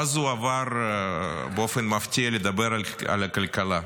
ואז הוא עבר באופן מפתיע לדבר על הכלכלה.